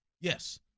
yes